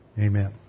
Amen